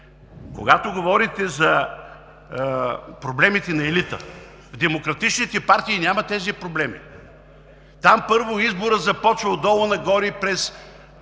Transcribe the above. когато говорите за проблемите на елита, демократичните партии нямат тези проблеми. Първо, там изборът започва от долу нагоре през